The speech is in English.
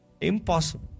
Impossible